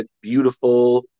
beautiful